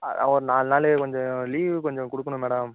ஒரு நாலு நாள் கொஞ்சம் லீவு கொஞ்சம் கொடுக்கணும் மேடம்